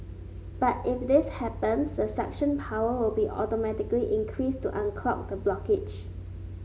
but if this happens the suction power will be automatically increased to unclog the blockage